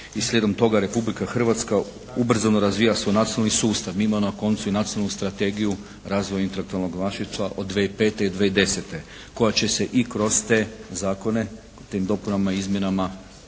i slijedom toga Republika Hrvatska ubrzano razvija svoj sustav. Mi imamo na koncu i nacionalnu strategiju razvoja intelektualnog vlasništva od 2005. do 2010. koja će se i kroz te zakone u tim dopunama i izmjenama